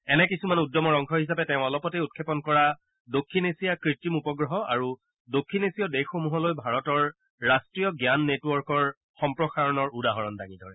এনে কিছুমান উদ্যমৰ অংশ হিচাপে তেওঁ অলপতে উৎক্ষেপন কৰা দক্ষিণ এছিয়া কৃত্ৰিম উপগ্ৰহ আৰু দক্ষিণ এছিয় দেশসমূহলৈ ভাৰতৰ ৰাষ্ট্ৰীয় জ্ঞান নেটৱৰ্কৰ সম্প্ৰসাৰণৰ উদাহৰণ দাঙি ধৰে